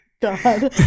God